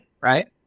Right